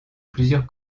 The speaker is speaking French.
plusieurs